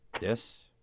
Yes